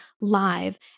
live